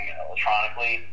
electronically